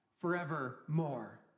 forevermore